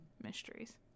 mysteries